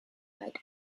night